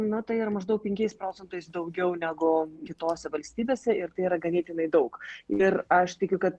na tai yra maždaug penkiais procentais daugiau negu kitose valstybėse ir tai yra ganėtinai daug ir aš tikiu kad